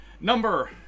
number